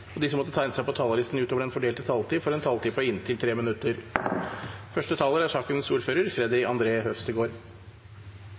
og de som måtte tegne seg på talerlisten utover den fordelte taletid, får en taletid på inntil 3 minutter.